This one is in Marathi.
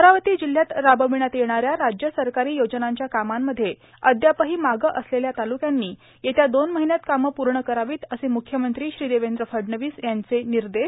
अमरावती जिल्हयात रार्बावण्यात येणाऱ्या राज्य सरकारां योजनांच्या कामांमध्ये अदयापहां मागं असलेल्या तालुक्यांनी येत्या दोन र्माहन्यात कामं पूण करावीत असे मुख्यमंत्री श्री देवद्र फडणवीस यांचे र्निदश